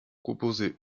composé